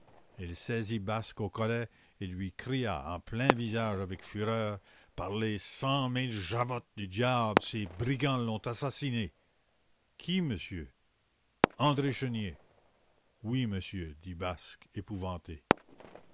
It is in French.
il saisit basque au collet et lui cria en plein visage avec fureur par les cent mille javottes du diable ces brigands l'ont assassiné qui monsieur andré chénier oui monsieur dit basque épouvanté